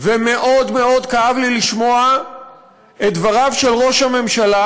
ומאוד מאוד כאב לי לשמוע את דבריו של ראש הממשלה,